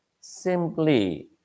simply